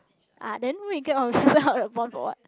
ah then where you get all the bond for what